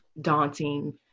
daunting